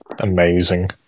amazing